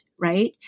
Right